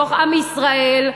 בעם ישראל,